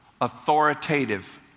authoritative